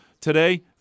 Today